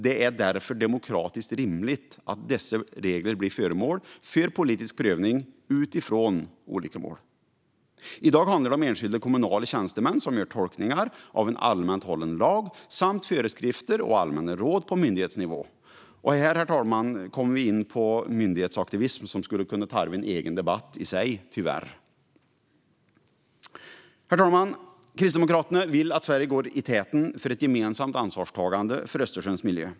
Det är därför demokratiskt rimligt att dessa regler blir föremål för politisk prövning utifrån olika mål. I dag gör enskilda kommunala tjänstemän tolkningar av en allmänt hållen lag samt föreskrifter och allmänna råd på myndighetsnivå. Här kommer vi tyvärr också in på myndighetsaktivism, vilket skulle tarva en egen debatt. Herr talman! Kristdemokraterna vill att Sverige går i täten för ett gemensamt ansvarstagande för Östersjöns miljö.